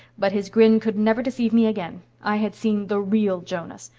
but his grin could never deceive me again. i had seen the real jonas.